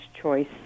choice